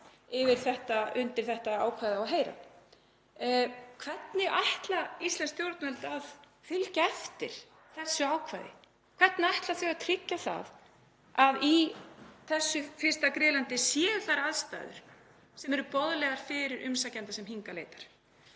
sem undir þetta ákvæði á að heyra. Hvernig ætla íslensk stjórnvöld að fylgja þessu ákvæði eftir? Hvernig ætla þau að tryggja að í þessu fyrsta griðlandi séu aðstæður sem eru boðlegar fyrir umsækjendur sem hingað leita?